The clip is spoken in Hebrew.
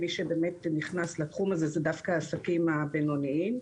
מי שנכנס לתחום הזה אלה דווקא העסקים הבינוניים,